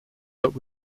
but